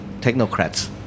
technocrats